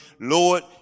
Lord